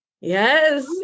Yes